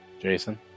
Jason